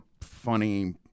funny